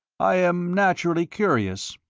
i am naturally curious,